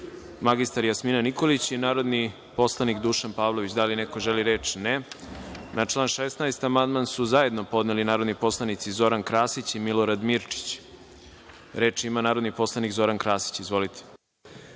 mr Jasmina Nikolić i narodni poslanik Dušan Pavlović. Da li neko želi reč? (Ne.)Na član 16. amandman su zajedno podneli narodni poslanici Zoran Krasić i Milorad Mirčić. Reč ima narodni poslanik Zoran Krasić. **Zoran